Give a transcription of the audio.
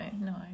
no